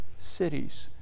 cities